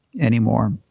anymore